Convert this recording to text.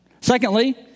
Secondly